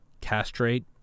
castrate